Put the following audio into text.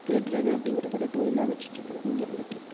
திருடுகிறது அப்படிங்கிறது ஒரு தொழிலாக வச்சிட்ருக்குறது இங்கே இருந்துகிட்ருக்கு